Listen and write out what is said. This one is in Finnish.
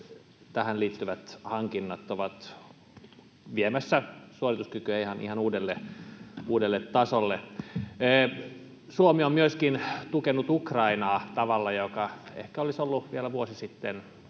tähän liittyvät hankinnat ovat viemässä suorituskykyä ihan uudelle tasolle. Suomi on myöskin tukenut Ukrainaa tavalla, joka ehkä olisi ollut vielä vuosi sitten